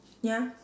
ya